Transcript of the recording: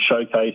showcase